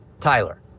Tyler